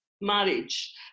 marriage